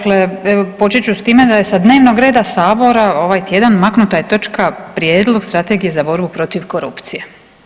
Dakle, počet ću s time da je s dnevnog reda sabora ovaj tjedan maknuta je točka Prijedlog Strategije za borbu protiv korupcije.